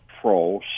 Pro